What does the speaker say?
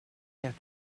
kept